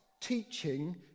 teaching